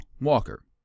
Walker